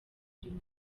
inyuma